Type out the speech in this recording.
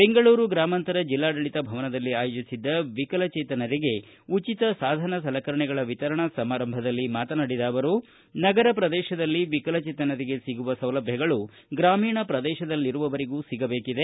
ಬೆಂಗಳೂರು ಗ್ರಾಮಾಂತರ ಜಿಲ್ಲಾಡಳಿತ ಭವನದಲ್ಲಿ ಆಯೋಜಿಸಿದ್ದ ವಿಕಲಚೇತನರಿಗೆ ಉಚಿತ ಸಾಧನ ಸಲಕರಣೆಗಳ ವಿತರಣಾ ಸಮಾರಂಭಧಲ್ಲಿ ಮಾತನಾಡಿದ ಅವರು ನಗರ ಪ್ರದೇಶದಲ್ಲಿ ವಿಕಲಚೇತನರಿಗೆ ಸಿಗುವ ಸೌಲಭ್ಯಗಳು ಗ್ರಾಮೀಣ ಪ್ರದೇಶದಲ್ಲಿರುವವರಿಗೂ ಸಿಗಬೇಕಿದೆ